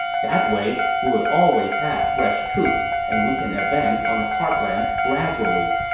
that way, we would always have fresh troops, and we can advance on the heartlands gradually.